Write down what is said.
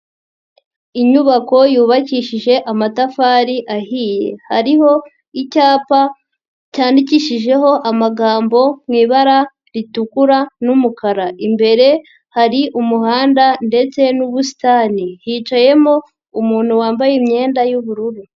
Inyubako yubakishije amatafari ahiye. Hariho icyapa cyandikishijeho amagambo mu ibara ritukura n'umukara. Imbere hari umuhanda ndetse n'ubusitani. Hicayemo umuntu wambaye imyenda y'ubururu.